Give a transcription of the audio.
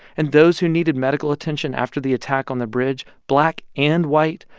and those who needed medical attention after the attack on the bridge, black and white,